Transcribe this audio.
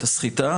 את הסחיטה,